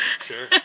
Sure